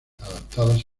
adaptadas